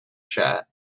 shut